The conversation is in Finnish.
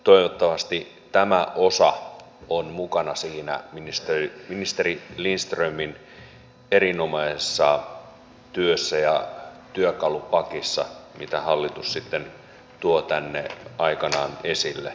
toivottavasti tämä osa on mukana siinä ministeri lindströmin erinomaisessa työssä ja työkalupakissa mitä hallitus sitten tuo tänne aikanaan esille